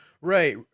Right